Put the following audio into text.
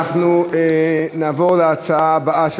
נעבור להצעה הבאה לסדר-היום,